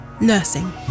nursing